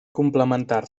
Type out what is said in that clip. complementar